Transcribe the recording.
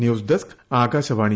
news desk Akashvani